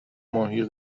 ماهی